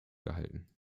gehalten